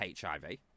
HIV